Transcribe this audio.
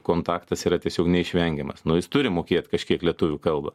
kontaktas yra tiesiog neišvengiamas nu jis turi mokėt kažkiek lietuvių kalbą